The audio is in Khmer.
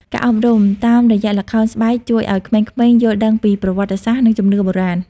ការអប់រំ តាមរយៈល្ខោនស្បែកជួយឱ្យក្មេងៗយល់ដឹងពី ប្រវត្តិសាស្ត្រ និងជំនឿបុរាណ។